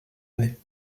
année